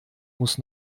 muss